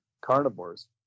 carnivores